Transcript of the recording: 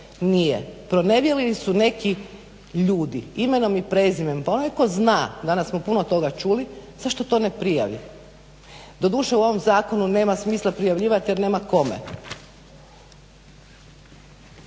Nije. Pronevjerili su neki ljudi, imenom i prezimenom. Onaj tko zna, danas smo puno toga čuli, zašto to ne prijavi? Doduše u ovom zakonu nema smisla prijavljivati jer nema kome.